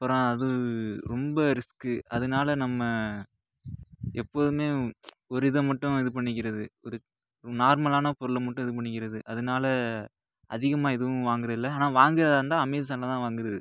அப்புறம் அது ரொம்ப ரிஸ்க் அதனால நம்ப எப்போதுமே ஒரு இதை மட்டும் இது பண்ணிக்கிறது ஒரு நார்மலான பொருளை மட்டும் இது பண்ணிக்கிறது அதனால அதிகமாக எதுவும் வாங்குவது இல்லை ஆனால் வாங்குவதா இருந்தால் அமேசானில் தான் வாங்குவது